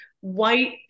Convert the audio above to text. white